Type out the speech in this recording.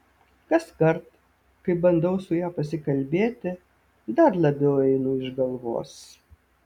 kaskart kai bandau su ja pasikalbėti dar labiau einu iš galvos